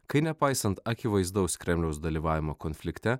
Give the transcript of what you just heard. kai nepaisant akivaizdaus kremliaus dalyvavimo konflikte